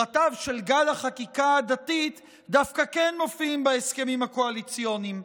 פרטיו של גל החקיקה הדתית דווקא כן מופיעים בהסכמים הקואליציוניים: